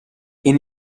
این